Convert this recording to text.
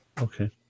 Okay